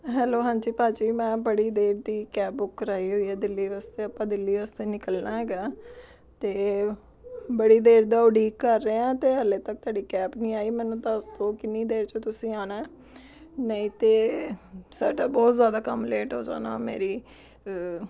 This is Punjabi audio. ਹੈਲੋ ਹਾਂਜੀ ਭਾਅ ਜੀ ਮੈਂ ਬੜੀ ਦੇਰ ਦੀ ਕੈਬ ਬੁੱਕ ਕਰਵਾਈ ਹੋਈ ਆ ਦਿੱਲੀ ਵਾਸਤੇ ਆਪਾਂ ਦਿੱਲੀ ਵਾਸਤੇ ਨਿਕਲਣਾ ਹੈਗਾ ਅਤੇ ਬੜੀ ਦੇਰ ਦਾ ਉਡੀਕ ਕਰ ਰਿਹਾ ਅਤੇ ਹਾਲੇ ਤੱਕ ਤੁਹਾਡੀ ਕੈਬ ਨਹੀਂ ਆਈ ਮੈਨੂੰ ਤਾਂ ਦੱਸ ਦਿਓ ਕਿੰਨੀ ਦੇਰ 'ਚ ਤੁਸੀਂ ਆਉਣਾ ਨਹੀਂ ਤਾਂ ਸਾਡਾ ਬਹੁਤ ਜ਼ਿਆਦਾ ਕੰਮ ਲੇਟ ਹੋ ਜਾਣਾ ਮੇਰੀ